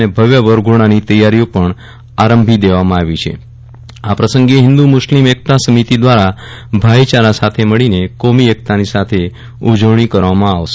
અને ભવ્ય વરઘોડાની તૈયારીઓ પણ આરંભી દેવામાં આવી છે આ પ્રસંગે હિંદુ મુસ્લિમ એકતા સમિતિ દ્વારા ભાઈયારા સાથે મળીને કોમી એકતાની સાથે ઉજવવામાં આવે છે